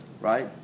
right